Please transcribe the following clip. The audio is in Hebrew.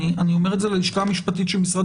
אני אומר את זה ללשכה המשפטית של משרד